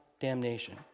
damnation